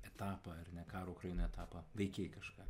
etapą ar ne karo ukrainoj etapą veikei kažką